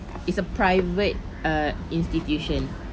it's a private uh institution